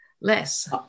less